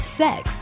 sex